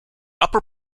upper